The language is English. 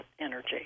energy